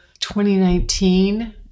2019